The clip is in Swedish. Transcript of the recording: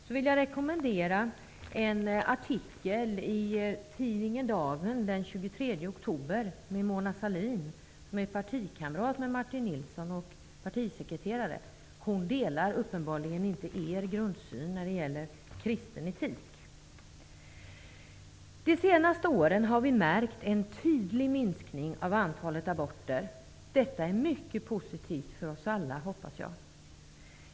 Jag vill rekommendera en artikel i tidningen Dagen den 23 oktober, enligt vilken Mona Sahlin, partikamrat med Martin Nilsson och partisekreterare i hans parti, uppenbarligen inte delar deras grundsyn på kristen etik. Under de senaste åren har vi märkt en tydlig minskning av antalet aborter. Jag hoppas att detta är mycket positivt för oss alla.